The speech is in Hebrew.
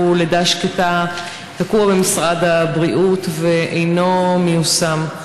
לידה שקטה תקוע במשרד הבריאות ואינו מיושם,